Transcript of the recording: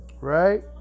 right